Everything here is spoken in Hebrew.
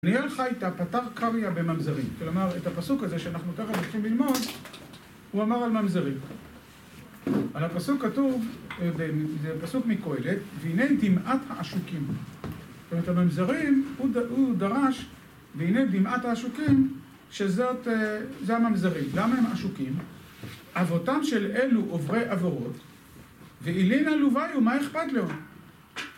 נהיה לך איתה פטר קריה בממזרים כלומר, את הפסוק הזה שאנחנו תכף הולכים ללמוד הוא אמר על ממזרים על הפסוק כתוב זה פסוק מקוהלת והנה דמעת האשוקים זאת אומרת, הממזרים הוא דרש, והנה דמעת האשוקים, שזאת זה הממזרים, למה הם אשוקים אבותם של אלו עוברי עבורות, ואילין הלוואי הוא מה אכפת לו